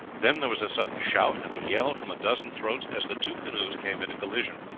then there was a sudden shout and a yell from a dozen throats, as the two canoes came into collision,